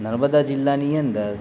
નર્મદા જીલ્લાની અંદર